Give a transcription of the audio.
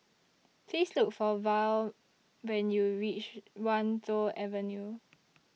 Please Look For Val when YOU REACH Wan Tho Avenue